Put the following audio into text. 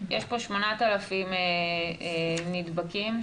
יש פה 8,000 נדבקים,